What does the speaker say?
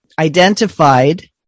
identified